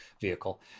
vehicle